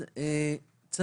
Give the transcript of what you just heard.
ראשית,